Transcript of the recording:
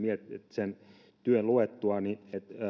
sen työn luettuani